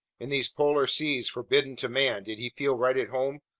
in these polar seas forbidden to man, did he feel right at home,